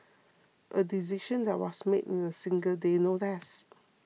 a decision that was made in a single day no less